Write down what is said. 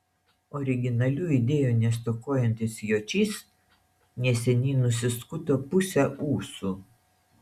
originalių idėjų nestokojantis jočys neseniai nusiskuto pusę ūsų